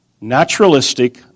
naturalistic